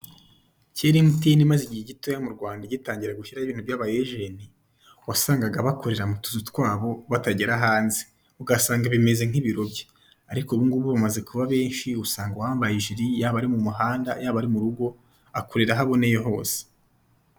Kera MTN imaze igihe gitoya mu Rwanda itangiye gushyiraho ibintu by'aba ajenti, wasangaga bakorera mu tuzu twabo batagera hanze ugasanga bimeze nk'ibiro bye, ariko ubungubu bamaze kuba benshi usanga uwambaye ijire akorera aho aboneye hose.